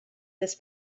this